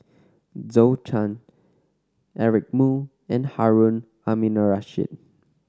Zhou Can Eric Moo and Harun Aminurrashid